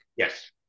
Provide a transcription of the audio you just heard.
yes